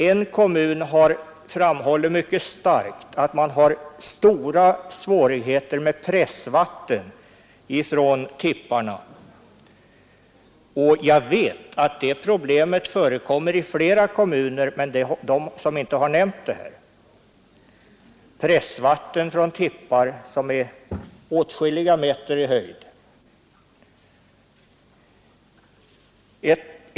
En kommun har framhållit mycket starkt att man har stora svårigheter med pressvatten från tipparna. Jag vet att det problemet förekommer i flera kommuner som inte har nämnt detta. Det är pressvatten från tippar som är åtskilliga meter höga.